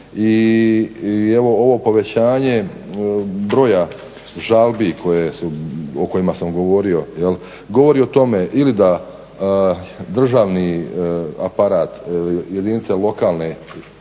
I evo ovo povećanje broja žalbi o kojima sam govorio govori o tome ili da državni aparat jedinice lokalne,